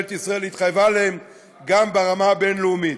שממשלת ישראל התחייבה להם גם ברמה הבין-לאומית.